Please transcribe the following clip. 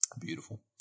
Beautiful